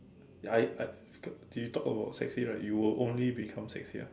I I you talk about sexy right you will only become sexier